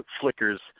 flickers